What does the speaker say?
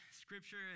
scripture